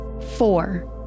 Four